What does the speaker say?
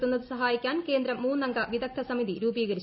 ത്തുന്നത് സഹായിക്കാൻ കേന്ദ്രം മൂന്നംഗ വിദഗ്ധ സമിതി രൂപീകരിച്ചു